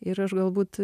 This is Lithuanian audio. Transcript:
ir aš galbūt